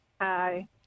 Hi